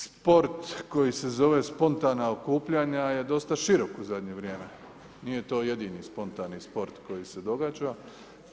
Sport koji se zove spontana okupljanja je dosta širok u zadnje vrijeme, nije to jedini spontani sport koji se događa,